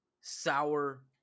sour